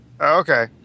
Okay